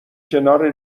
کنار